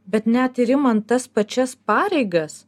bet net ir imant tas pačias pareigas